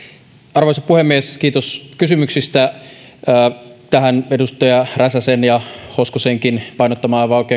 arvoisa puhemies kiitos kysymyksistä tähän edustaja räsäsen ja hoskosenkin painottamaan aivan oikeaan